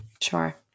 Sure